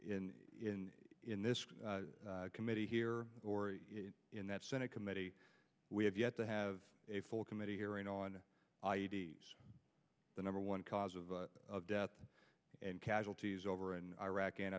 in in in this committee here or in that senate committee we have yet to have a full committee hearing on the number one cause of death and casualties over in iraq and